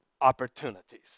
opportunities